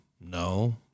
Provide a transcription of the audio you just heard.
No